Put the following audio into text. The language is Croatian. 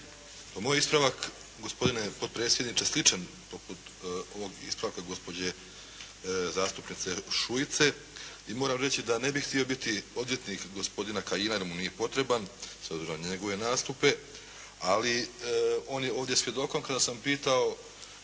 Moj je ispravak gospodine potpredsjedniče sličan poput ovog ispravka gospođe zastupnice Šuice i moram reći da ne bih htio biti odvjetnik gospodina Kajina jer mu nije potreban s obzirom na njegove nastupe, ali on je ovdje svjedokom kada sam pitao